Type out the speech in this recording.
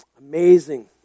amazing